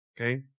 Okay